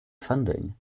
funding